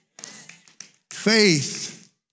Faith